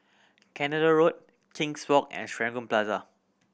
Canada Road King's Walk and Serangoon Plaza